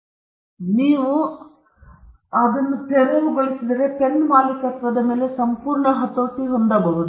ಮತ್ತು ಒಮ್ಮೆ ನೀವು ಅದನ್ನು ತೆರವುಗೊಳಿಸಿದರೆ ಪೆನ್ ಮಾಲೀಕತ್ವದ ಮೇಲೆ ನೀವು ಸಂಪೂರ್ಣ ಹತೋಟಿ ಹೊಂದಬಹುದು